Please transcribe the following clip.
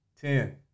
Ten